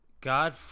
God